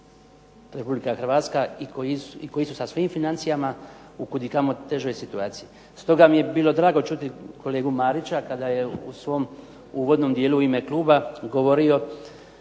Republika Hrvatska i koji su sa svojim financijama u kud i kamo težoj situaciji. Stoga mi je bilo drago čuti kolegu Marića kada je u svom uvodnom dijelu u ime kluba govorio